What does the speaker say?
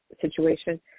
situation